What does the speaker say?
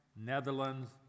Netherlands